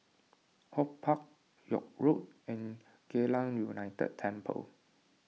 HortPark York Road and Geylang United Temple